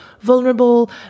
vulnerable